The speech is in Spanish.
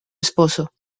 esposo